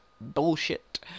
Bullshit